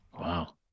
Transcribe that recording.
Wow